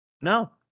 No